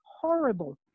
horrible